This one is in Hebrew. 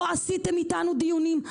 לא קיימתם אתנו דיונים.